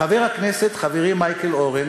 חבר הכנסת חברי מייקל אורן,